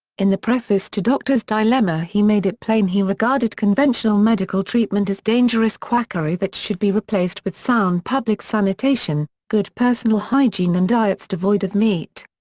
in the preface to doctor's dilemma he made it plain he regarded conventional medical treatment as dangerous quackery that should be replaced with sound public sanitation, good personal hygiene and diets devoid of meat.